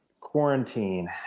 quarantine